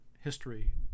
history